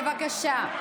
בבקשה.